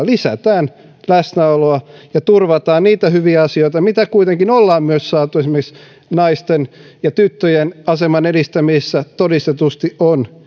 lisätään läsnäoloa ja turvataan niitä hyviä asioita mitä kuitenkin ollaan myös saatu esimerkiksi naisten ja tyttöjen aseman edistämisessä todistetusti on